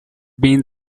been